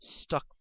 stuck